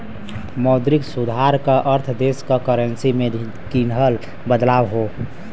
मौद्रिक सुधार क अर्थ देश क करेंसी में किहल बदलाव हौ